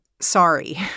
sorry